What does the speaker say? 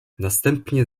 następnie